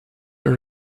are